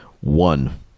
one